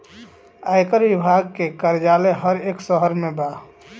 आयकर विभाग के कार्यालय हर एक शहर में बा